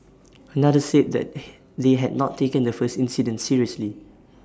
another said that they had not taken the first incident seriously